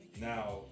Now